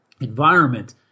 environment